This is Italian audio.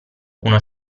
uno